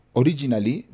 originally